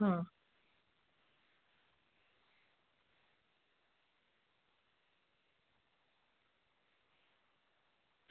હા